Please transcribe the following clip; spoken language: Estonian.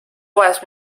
poes